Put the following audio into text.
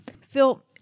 Phil